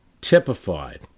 typified